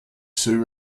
sioux